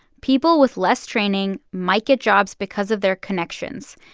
people with less training might get jobs because of their connections,